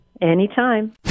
Anytime